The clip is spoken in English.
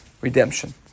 redemption